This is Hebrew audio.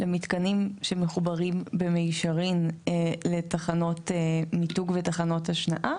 במתקנים שמחוברים במישרין לתחנות מיתוג ותחנות השנעה.